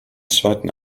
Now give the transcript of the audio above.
zweiten